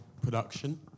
production